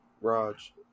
Raj